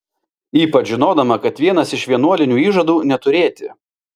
ypač žinodama kad vienas iš vienuolinių įžadų neturėti